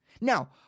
Now